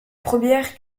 première